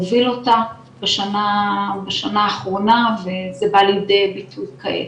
הוא הוביל אותה בשנה האחרונה וזה בא לידי ביטוי כעת.